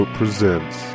presents